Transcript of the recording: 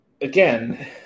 again